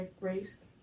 race